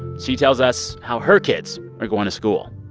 she tells us how her kids are going to school.